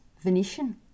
Venetian